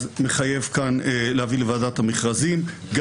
אז מחייב כאן להביא לוועדת המכרזים.